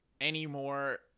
anymore